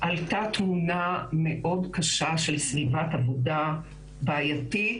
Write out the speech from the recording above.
עלתה תמונה מאוד קשה של סביבת עבודה בעייתית,